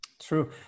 True